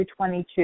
22